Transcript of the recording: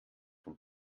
von